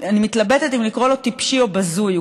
אני מתלבטת אם לקרוא לו טיפשי או בזוי,